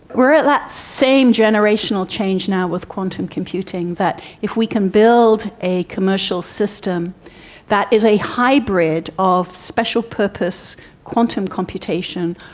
at that same generational change now with quantum computing, that if we can build a commercial system that is a hybrid of special purpose quantum computation,